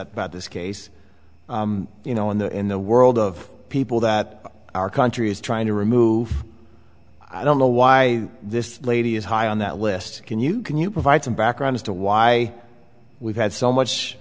about this case you know in the in the world of people that our country is trying to remove i don't know why this lady is high on that list can you can you provide some background as to why we've had so much